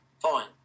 fine